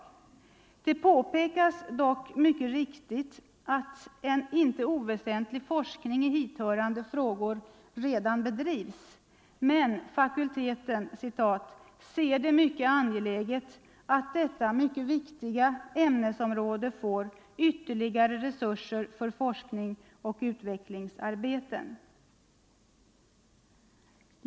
Det påpekas dock mycket riktigt att en inte oväsentlig forskning i hithörande frågor redan bedrivs, men fakulteten ”ser det mycket angeläget att detta mycket viktiga ämnesområde får ytterligare resurser för forskning och utvecklingsarbeten”.